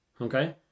Okay